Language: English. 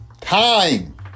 Time